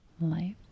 life